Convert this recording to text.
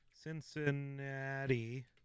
Cincinnati